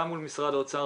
גם מול משרד האוצר.